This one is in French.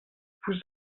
vous